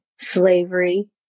slavery